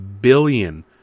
billion